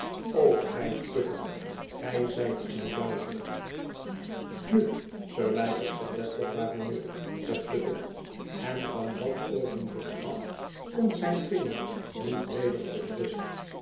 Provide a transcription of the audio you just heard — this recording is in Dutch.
o gij bucket gij zijt een duivel nu sir leicester dedlock baronet zegt bucket en van dat oogenblik af komt zijn vinger niet weder tot rust